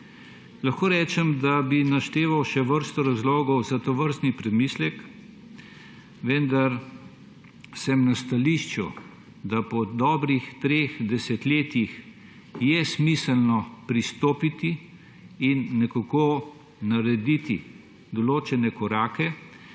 Lahko rečem, da bi lahko našteval še vrsto razlogov za tovrstni premislek, vendar sem na stališču, da po dobrih treh desetletjih je smiselno pristopiti in nekako narediti določene korake,